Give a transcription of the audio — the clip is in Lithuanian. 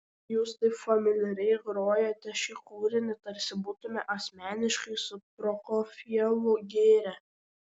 jūs taip familiariai grojate šį kūrinį tarsi būtumėte asmeniškai su prokofjevu gėrę